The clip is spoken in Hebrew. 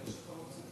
איך שאתה רוצה.